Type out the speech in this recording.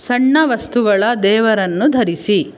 ಸಣ್ಣ ವಸ್ತುಗಳ ದೇವರನ್ನು ಧರಿಸಿ